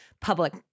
public